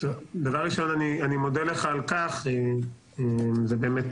אני מודה לך על כך, וזה באמת